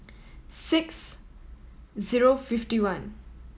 six zero fifty one